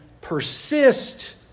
persist